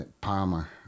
Palmer